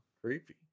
Creepy